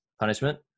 punishment